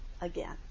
again